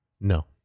No